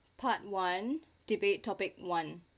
part one debate topic one okay